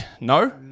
no